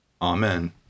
Amen